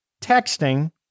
texting